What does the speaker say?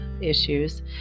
issues